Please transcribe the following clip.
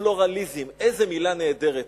פלורליזם, איזו מלה נהדרת.